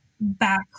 back